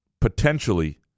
potentially